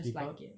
just like it